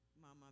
Mama